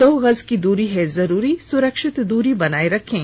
दो गज की दूरी है जरूरी सुरक्षित दूरी बनाए रखें